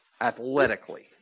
athletically